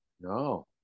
No